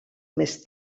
més